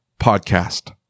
podcast